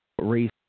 race